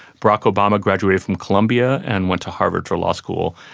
barack obama graduated from columbia and went to harvard for law school.